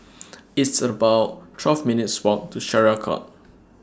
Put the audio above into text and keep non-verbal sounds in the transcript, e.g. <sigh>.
<noise> It's about twelve minutes' Walk to Syariah Court